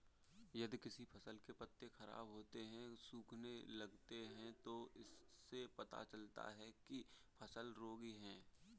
यदि किसी फसल के पत्ते खराब होते हैं, सूखने लगते हैं तो इससे पता चलता है कि फसल रोगी है